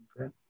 Okay